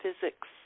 physics